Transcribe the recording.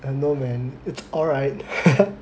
I don't know man it's alright